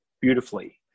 beautifully